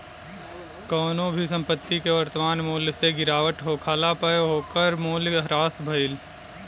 कवनो भी संपत्ति के वर्तमान मूल्य से गिरावट होखला पअ ओकर मूल्य ह्रास भइल